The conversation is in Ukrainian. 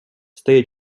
стає